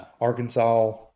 Arkansas